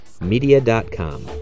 media.com